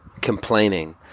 complaining